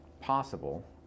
possible